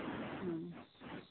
ᱦᱮᱸ